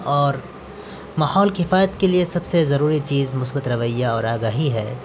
اور ماحول کی حفاظت کے لیے سب سے ضروری چیز مثبت رویہ اور آگاہی ہے